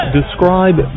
describe